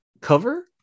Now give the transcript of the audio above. cover